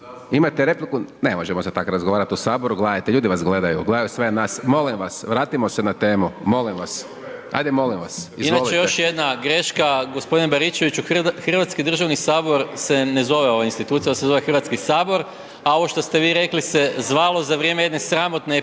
Hrvatski državni sabor se ne zove ova institucija, ona se zove Hrvatski sabor. A ovo što ste vi rekli se zvalo za vrijeme jedne sramotne epizode